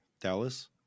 Dallas